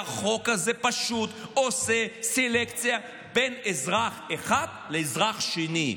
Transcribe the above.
החוק הזה פשוט עושה סלקציה בין אזרח אחד לאזרח שני.